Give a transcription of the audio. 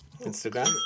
Instagram